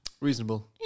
Reasonable